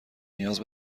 نیاز